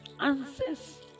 answers